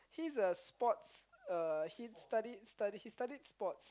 he's a sports uh he studied studied he studied sports